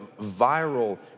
viral